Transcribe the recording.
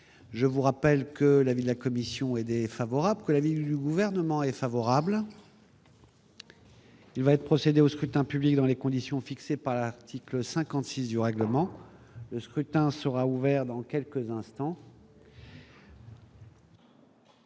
Je rappelle que l'avis de la commission est défavorable et que celui du Gouvernement est favorable. Il va être procédé au scrutin dans les conditions fixées par l'article 56 du règlement. Le scrutin est ouvert. Personne ne demande